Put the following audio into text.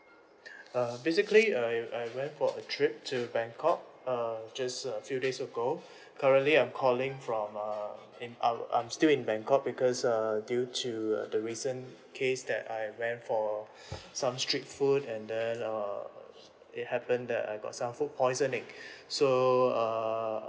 uh basically I I went for a trip to bangkok uh just a few days ago currently I'm calling from uh in I'm I'm still in bangkok because err due to the recent case that I went for some street food and then uh it happened that I got some food poisoning so err